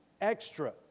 extra